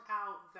out